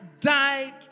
died